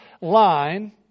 line